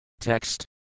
Text